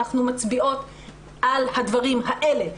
אנחנו מצביעות על הדברים האלה,